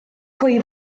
pwy